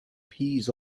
peas